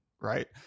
Right